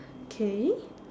okay